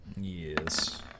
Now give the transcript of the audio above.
yes